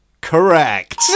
Correct